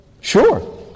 Sure